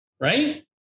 right